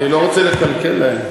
אני לא רוצה לקלקל להם.